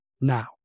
now